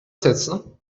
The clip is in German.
setzen